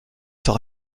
sans